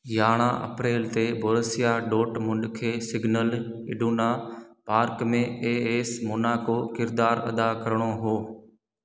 यारह April ते Borussia Dortmund खे Signal Iduna Park में ए एस मोनाको किरदारु अदा करिणो हुओ